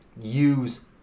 use